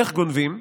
איך גונבים?